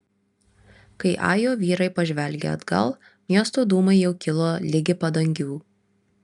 kai ajo vyrai pažvelgė atgal miesto dūmai jau kilo ligi padangių